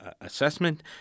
assessment